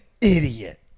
idiot